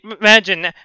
imagine